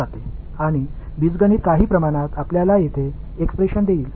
சில அல்ஜுப்ரா இந்த வெளிப்பாட்டை உங்களுக்குத் தரும்